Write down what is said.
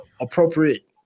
appropriate